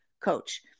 coach